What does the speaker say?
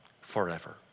forever